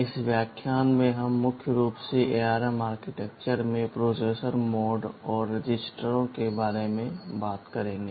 इस व्याख्यान में हम मुख्य रूप से ARM आर्किटेक्चर में प्रोसेसर मोड और रजिस्टरों के बारे में बात करेंगे